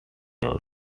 york